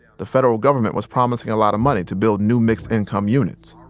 the federal government was promising a lot of money to build new mixed-income units.